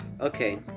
Okay